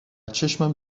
چشمم